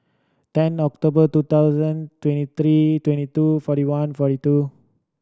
ten October two thousand twenty three twenty two forty one forty two